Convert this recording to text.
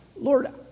Lord